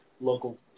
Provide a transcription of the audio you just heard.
local